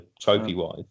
trophy-wise